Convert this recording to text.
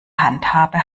handhabe